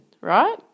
right